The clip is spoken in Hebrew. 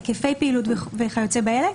היקפי פעילות וכיוצא באלה,